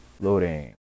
Loading